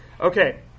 Okay